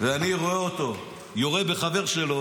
ואני רואה אותו יורה בחבר שלו,